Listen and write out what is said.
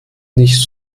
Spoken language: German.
nicht